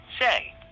say